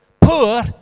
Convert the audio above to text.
poor